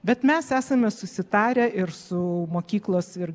bet mes esame susitarę ir su mokyklos ir